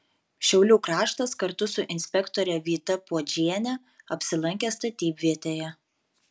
šiaulių kraštas kartu su inspektore vyta puodžiene apsilankė statybvietėje